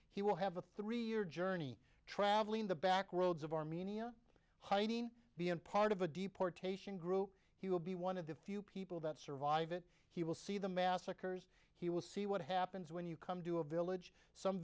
he will have a three year journey traveling the back roads of armenia hiding the end part of a deportation group he will be one of the few people that survive it he will see the massacres he will see what happens when you come to a village some